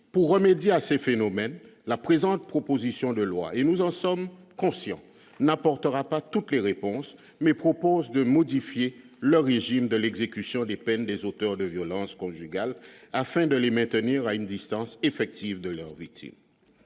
pour remédier à ces phénomènes, la présente proposition de loi et nous en sommes conscients n'apportera pas toutes les réponses, mais propose de modifier l'origine de l'exécution des peines, des auteurs de violences conjugales, afin de les maintenir à une distance effective de leurs victimes,